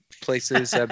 Places